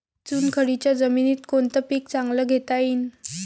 चुनखडीच्या जमीनीत कोनतं पीक चांगलं घेता येईन?